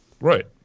Right